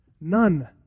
None